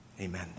Amen